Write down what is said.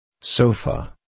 Sofa